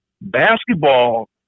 basketball